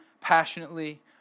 passionately